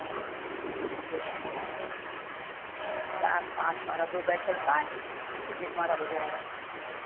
हाँ यह टाइम पर आ जाओ बस चार पाँच हमारे दो बैच चलते हैं उसी में तुम्हारा हो जाएगा ठीक